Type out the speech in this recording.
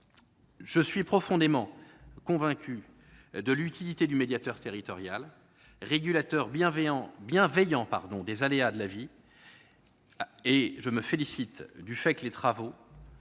je suis profondément convaincu de l'utilité du médiateur territorial, régulateur bienveillant des aléas de la vie administrative, je me félicite également que les travaux